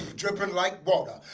dripping like water